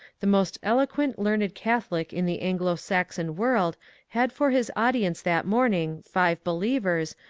the most eloquent learned catholic in the ainglo saxon world had for his audience that morning five believers,